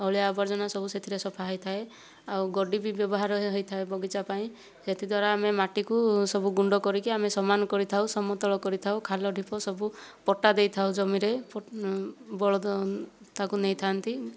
ଅଳିଆ ଆବର୍ଜନା ସବୁ ସେଥିରେ ସଫା ହୋଇଥାଏ ଆଉ ଗଡ଼ି ବି ବ୍ୟବହାର ହୋଇଥାଏ ବଗିଚା ପାଇଁ ସେଥି ଦ୍ଵାରା ଆମେ ମାଟିକୁ ସବୁ ଗୁଣ୍ଡ କରିକି ଆମେ ସମାନ କରିଥାଉ ସମତଳ କରିଥାଉ ଖାଲ ଢିପ ସବୁ ପଟା ଦେଇଥାଉ ଜମିରେ ବଳଦ ତାକୁ ନେଇଥା'ନ୍ତି